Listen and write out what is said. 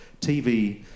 TV